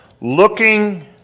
Looking